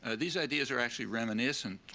ah these ideas are actually reminiscent,